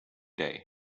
day